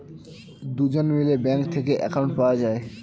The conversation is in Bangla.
দুজন মিলে ব্যাঙ্ক থেকে অ্যাকাউন্ট পাওয়া যায়